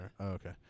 Okay